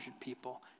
people